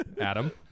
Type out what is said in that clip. Adam